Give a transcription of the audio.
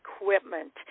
equipment